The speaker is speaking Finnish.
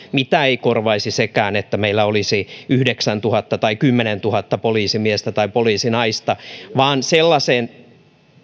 mitä ei korvaisi sekään että meillä olisi yhdeksäntuhatta tai kymmenentuhatta poliisimiestä tai poliisinaista vaan järjestelmä sellaiseen